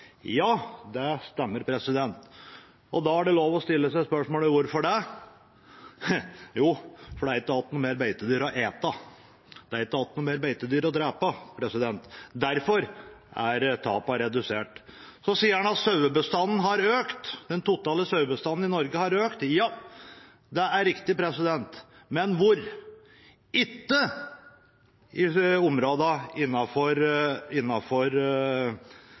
Ja, det stemmer. Da er det lov å stille seg spørsmålet: Hvorfor det? Jo, fordi det ikke er igjen noen beitedyr å ete; det er ikke igjen flere beitedyr å drepe. Derfor er tapene redusert. Så sa han at den totale sauebestanden i Norge har økt. Ja, det er riktig, men hvor? Ikke i